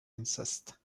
incest